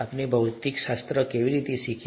આપણે ભૌતિકશાસ્ત્ર કેવી રીતે શીખ્યા